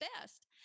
best